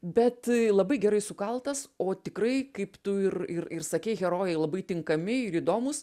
bet labai gerai sukaltas o tikrai kaip tu ir ir ir sakei herojai labai tinkami ir įdomūs